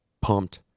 pumped